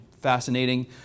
fascinating